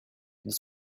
ils